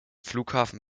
flughafen